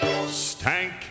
stank